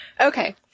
Okay